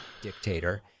dictator